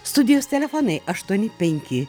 studijos telefonai aštuoni penki